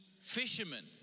fishermen